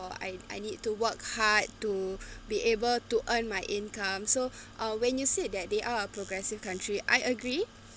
or I I need to work hard to be able to earn my income so uh when you said that they are a progressive country I agree